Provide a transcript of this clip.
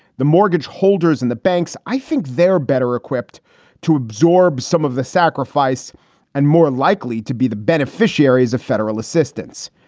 the mortgage holders and the banks, i think they're better equipped to absorb some of the sacrifice and more likely to be the beneficiaries of federal assistance.